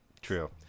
True